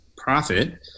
profit